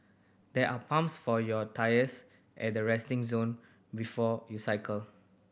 there are pumps for your tyres at the resting zone before you cycle